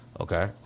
Okay